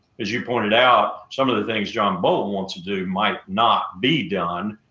as you pointed out, some of the things john bolton wants to do might not be done.